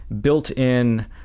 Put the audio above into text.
built-in